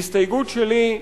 ההסתייגות שלי,